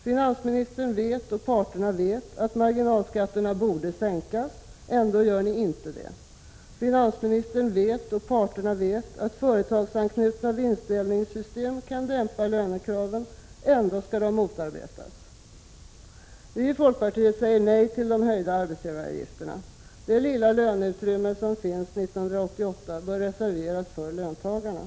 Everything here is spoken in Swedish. Finansministern vet, och parterna vet, att marginalskatterna borde sänkas — ändå görs det inte! Finansministern vet, och parterna vet, att företagsanknutna vinstdelningssystem kan dämpa lönekraven — ändå skall de motarbetas! Vi i folkpartiet säger nej till de höjda arbetsgivaravgifterna. Det lilla löneutrymme som finns 1988 bör reserveras för löntagarna.